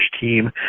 team